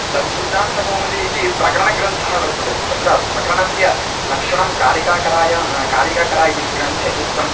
लघुसिद्धान्तकौमुदी इति प्रकरणग्रन्थः वर्तते तत्र प्रकरणस्य लक्षणं कारिका कराया कारिकाकरा इति ग्रन्थे उक्तम्